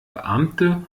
beamte